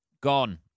Gone